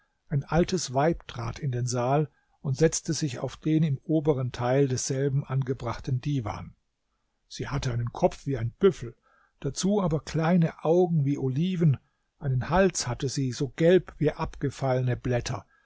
ein altes weib trat in den saal und setzte sich auf den im oberen teil desselben angebrachten divan sie hatte einen kopf wie ein büffel dazu aber kleine augen wie oliven einen hals hatte sie so gelb wie abgefallene blätter